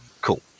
Cool